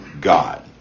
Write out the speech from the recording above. God